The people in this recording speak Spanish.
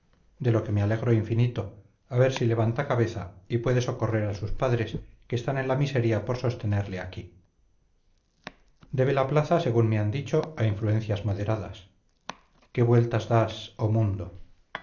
de lo que me alegro infinito a ver si levanta cabeza y puede socorrer a sus padres que están en la miseria por sostenerle aquí debe la plaza según me han dicho a influencias moderadas qué vueltas das oh mundo